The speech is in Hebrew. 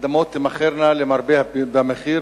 האדמות תימכרנה למרבה במחיר.